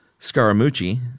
Scaramucci